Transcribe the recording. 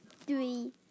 three